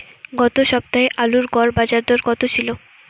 গত সপ্তাহে আলুর গড় বাজারদর কত ছিল?